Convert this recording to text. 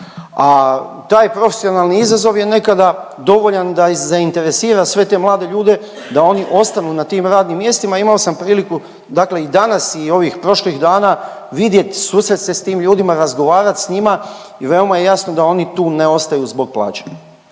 A taj profesionalni izazov je nekada dovoljan da i zainteresira sve te mlade ljude da oni ostanu na tim radnim mjestima, imao sam priliku, dakle i danas i ovih prošlih dana vidjeti, susresti se s tim ljudima, razgovarati s njima i veoma je jasno da oni tu ne ostaju zbog plaće.